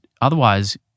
otherwise